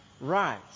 right